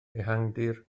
ehangdir